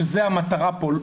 שזו המטרה פה,